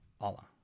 Allah